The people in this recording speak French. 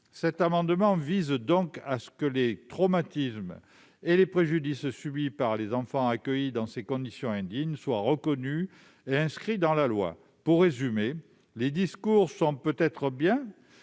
Cet amendement vise donc à ce que les traumatismes et les préjudices subis par les enfants accueillis dans ces conditions indignes soient reconnus et inscrits dans la loi. En résumé, les discours, c'est bien ;